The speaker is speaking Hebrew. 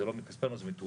זה לא מכספנו זה מתרומה,